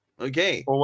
okay